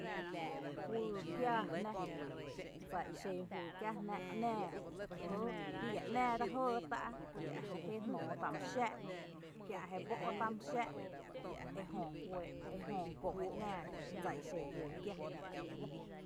Juyy kiáa jnⱥ, dsa i xen juyy kiaa jnⱥ 'nⱥⱥ re jɇɇ bii iá 'nⱥⱥ re jɇɇ tá' jé jnóó tá' mý xáá', kiä' jé bó' tá' mýxáa' ejö go e 'nⱥⱥ dsa i xen juyy kiáa.